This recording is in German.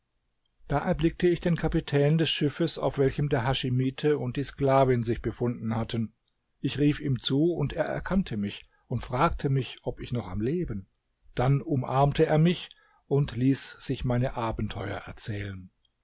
da erblickte ich den kapitän des schiffes auf welchem der haschimite und die sklavin sich befunden hatten ich rief ihm zu und er erkannte mich und fragte mich ob ich noch am leben dann umarmte er mich und ließ sich meine abenteuer erzählen